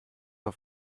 auf